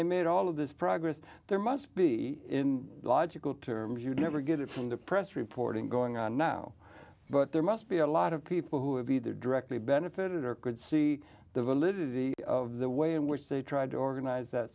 they made all of this progress there must be in logical terms you'd never get it from the press reporting going on now but there must be a lot of people who have either directly benefited or could see the validity of the way in which they tried to organize that